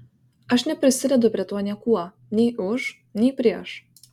aš neprisidedu prie to niekuo nei už nei prieš